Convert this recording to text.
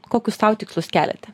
kokius sau tikslus keliate